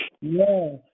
Yes